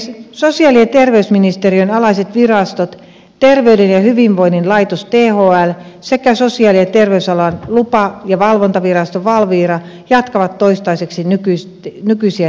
sosiaali ja terveysministeriön alaiset virastot terveyden ja hyvinvoinnin laitos thl sekä sosiaali ja terveysalan lupa ja valvontavirasto valvira jatkavat toistaiseksi nykyisiä tehtäviään